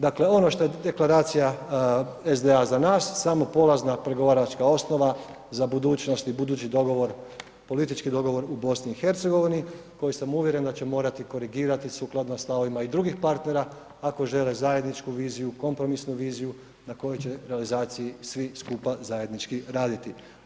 Dakle ono što je Deklaracija SDA za nas samo polazna pregovaračka osnova za budućnost i budući dogovor, politički dogovor u BiH koji sam uvjeren da će morati korigirati sukladno stavovima i drugih partnera ako žele zajedničku viziju, kompromisnu viziju na kojoj će realizaciji svi skupa zajednički raditi.